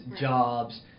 jobs